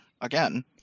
again